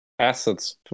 Assets